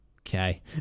Okay